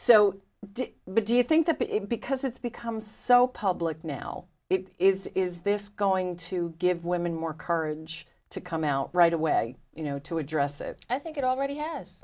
so do you think that because it's become so public now it is is this going to give women more courage to come out right away you know to address it i think it already has